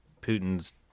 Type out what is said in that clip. Putin's